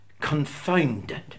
confounded